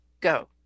go